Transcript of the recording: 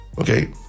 Okay